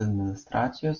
administracijos